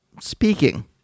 speaking